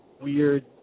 weird